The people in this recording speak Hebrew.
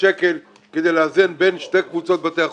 שקלים כדי לאזן בין שתי קבוצות בתי החולים.